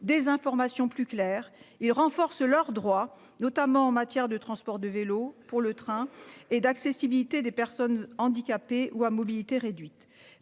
des informations plus claires renforcent leurs droits notamment en matière de transport du vélo pour le train et d'accessibilité des personnes handicapées ou à mobilité réduite